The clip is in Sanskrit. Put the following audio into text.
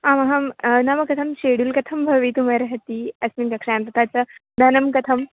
आमहं नाम कथं शेडूल् कथं भवितुम् अर्हति अस्मिन् कक्षायां तथा च धनं कथं